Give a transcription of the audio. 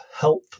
health